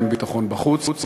אין ביטחון בחוץ,